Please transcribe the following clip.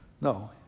No